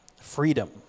freedom